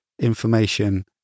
information